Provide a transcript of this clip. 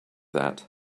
that